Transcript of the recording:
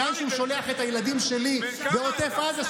לאן שהוא שולח את הילדים שלי בעוטף עזה,